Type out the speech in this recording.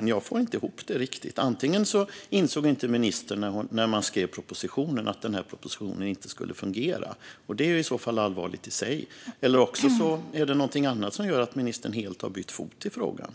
Jag får inte ihop det riktigt. Antingen insåg inte ministern när man skrev propositionen att lagen inte skulle fungera. Det är i så fall allvarligt i sig. Eller också är det någonting annat som gör att ministern helt har bytt fot i frågan.